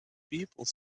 people